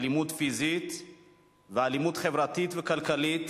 אלימות פיזית ואלימות חברתית וכלכלית